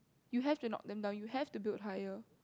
you have to knock them down you have to build higher